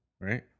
right